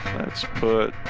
let's put,